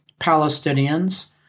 Palestinians